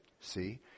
see